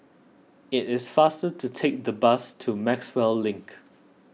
it is faster to take the bus to Maxwell Link